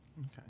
Okay